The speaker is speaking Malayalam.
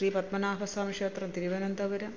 ശ്രീ പത്മനാഭസ്വാമി ക്ഷേത്രം തിരുവനന്തപുരം